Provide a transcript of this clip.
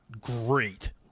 great